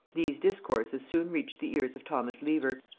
these discourses soon reached the ears of thomas lever,